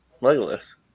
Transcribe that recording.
Legolas